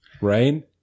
right